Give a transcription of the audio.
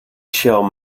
shall